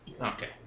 Okay